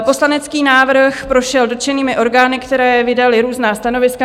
Poslanecký návrh prošel dotčenými orgány, které vydaly různá stanoviska.